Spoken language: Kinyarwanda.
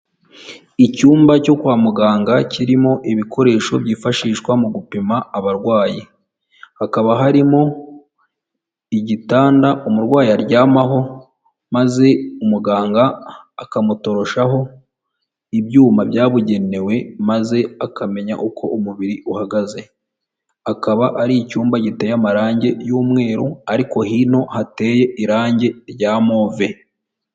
Icyumba cyo kwa muganga kirimo ibikoresho byifashishwa mu gupima abarwayi, hakaba harimo igitanda umurwayi aryamaho, maze umuganga akamutoroshaho ibyuma byabugenewe maze akamenya uko umubiri uhagaze, akaba ari icyumba giteye amarangi y'umweru ariko hino hateye irangi rya move.